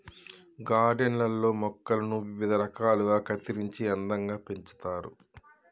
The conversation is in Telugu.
గార్డెన్ లల్లో మొక్కలను వివిధ రకాలుగా కత్తిరించి అందంగా పెంచుతారు